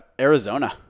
Arizona